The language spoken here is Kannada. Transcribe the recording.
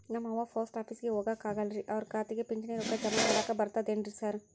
ನಮ್ ಅವ್ವ ಪೋಸ್ಟ್ ಆಫೇಸಿಗೆ ಹೋಗಾಕ ಆಗಲ್ರಿ ಅವ್ರ್ ಖಾತೆಗೆ ಪಿಂಚಣಿ ರೊಕ್ಕ ಜಮಾ ಮಾಡಾಕ ಬರ್ತಾದೇನ್ರಿ ಸಾರ್?